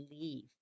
leave